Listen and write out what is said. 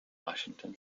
washington